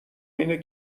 اینه